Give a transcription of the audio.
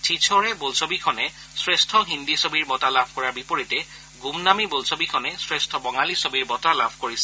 চ্চিচ'ৰ বোলছবিখনে শ্ৰেষ্ঠ হিন্দী ছবিৰ বঁটা লাভ কৰাৰ বিপৰীতে গুমনামি বোলছবিখনে শ্ৰেষ্ঠ বঙালী ছবিৰ বঁটা লাভ কৰিছে